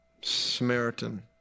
Samaritan